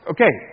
Okay